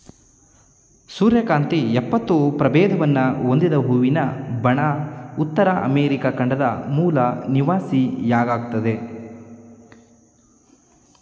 ಸೂರ್ಯಕಾಂತಿ ಎಪ್ಪತ್ತು ಪ್ರಭೇದವನ್ನು ಹೊಂದಿದ ಹೂವಿನ ಬಣ ಉತ್ತರ ಅಮೆರಿಕ ಖಂಡದ ಮೂಲ ನಿವಾಸಿಯಾಗಯ್ತೆ